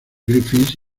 griffith